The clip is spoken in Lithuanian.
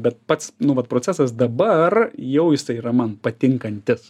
bet pats nu vat procesas dabar jau jisai yra man patinkantis